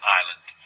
island